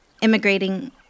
immigrating